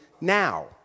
now